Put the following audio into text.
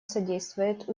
содействовать